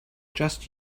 just